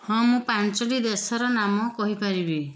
ହଁ ମୁଁ ପାଞ୍ଚୋଟି ଦେଶର ନାମ କହିପାରିବି